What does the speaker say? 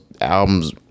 albums